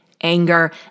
anger